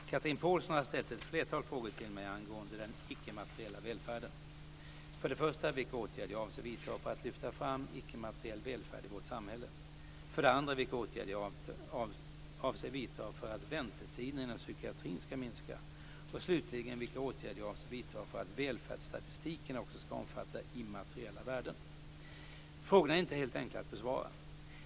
Herr talman! Chatrine Pålsson har ställt ett flertal frågor till mig angående den icke-materiella välfärden. För det första vilka åtgärder jag avser vidta för att lyfta fram icke-materiell välfärd i vårt samhälle. För det andra vilka åtgärder jag avser vidta för att väntetiderna inom psykiatrin ska minska och slutligen vilka åtgärder jag avser vidta för att välfärdsstatistiken också ska omfatta immateriella värden. Frågorna är inte helt enkla att besvara.